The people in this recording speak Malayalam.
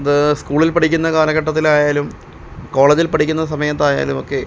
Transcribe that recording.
അത് സ്കൂളില് പഠിക്കുന്ന കാലഘട്ടത്തിലായാലും കോളേജില് പഠിക്കുന്ന സമയത്തായാലും ഒക്കെ